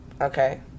Okay